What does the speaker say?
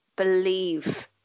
believe